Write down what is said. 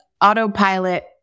autopilot-